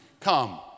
come